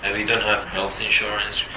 and we don't have health insurance.